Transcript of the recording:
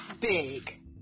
big